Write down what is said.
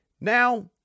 Now